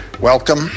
welcome